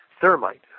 thermite